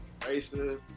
racist